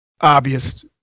obvious